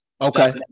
Okay